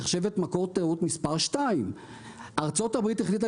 נחשבת מקור תיירות מספר 2. ארצות הברית החליטה